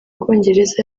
bwongereza